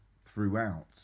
throughout